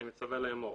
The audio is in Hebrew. אני מצווה לאמור: